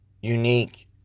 unique